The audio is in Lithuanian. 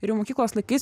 ir jau mokyklos laikais